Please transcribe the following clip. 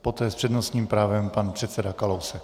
Poté s přednostním právem pan předseda Kalousek.